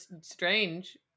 strange